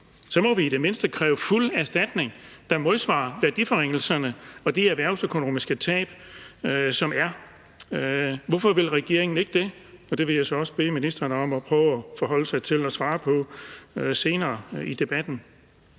Så må vi i det mindste kræve fuld erstatning, der modsvarer værdiforringelserne og de erhvervsøkonomiske tab, som der er. Hvorfor vil regeringen ikke det? Det vil jeg så også bede ministeren om at prøve at forholde sig til og svare på senere i debatten.